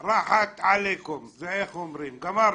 גמרנו.